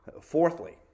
Fourthly